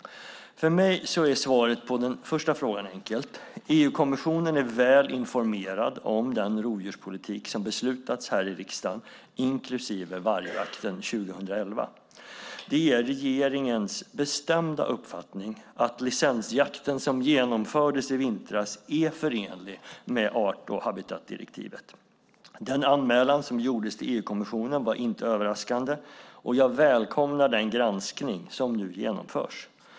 För mig är svaret på den första frågan enkelt. EU-kommissionen är väl informerad om den rovdjurspolitik som man har beslutat om här i riksdagen, inklusive vargjakten 2011. Det är regeringens bestämda uppfattning att licensjakten som genomfördes i vintras är förenlig med art och habitatdirektivet. Den anmälan som gjordes till EU-kommissionen var inte överraskande, och jag välkomnar den granskning som nu genomförs.